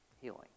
Healing